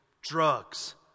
drugs